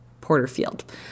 Porterfield